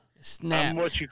Snap